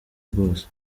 bwose